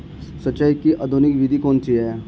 सिंचाई की आधुनिक विधि कौन सी है?